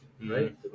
Right